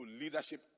leadership